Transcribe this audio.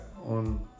on